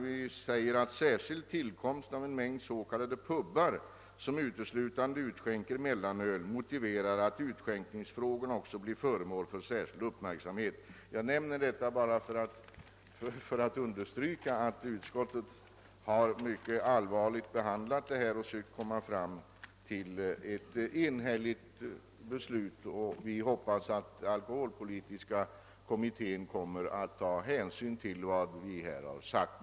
Vi säger om dem: »Särskilt tillkomsten av en mängd s.k. pubar, som uteslutande utskänker mellanöl, motiverar att utskänkningsfrågorna också blir föremål för särskild uppmärksamhet.» Jag nämner detta bara för att understryka att utskottet har behandlat ärendet mycket allvarligt och sökt åstadkomma enighet om sitt beslut. Vi hoppas att alkoholpolitiska kommittén skall beak ta vad vi här har sagt.